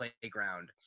playground